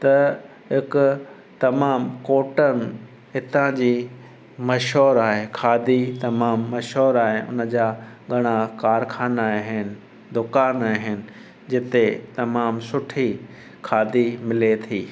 त हिकु तमामु कॉटन हितां जी मशहूरु आहे खादी तमामु मशहूरु आहिनि जा घणा कारख़ाना आहिनि दुकान आहिनि जिते तमामु सुठी खादी मिले थी